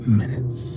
minutes